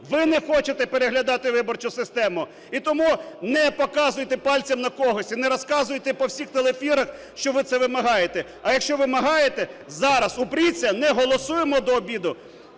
ви не хочете переглядати виборчу систему. І тому не показуйте пальцем на когось і не розказуйте по всіх телеефірах, що ви це вимагаєте. А якщо вимагаєте, зараз упріться, не голосуємо до обіду,